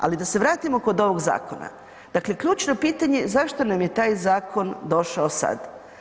Ali da se vratimo kod ovog zakona, dakle ključno pitanje zašto nam je taj zakon došao sada?